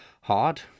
hard